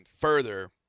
further